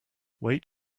wait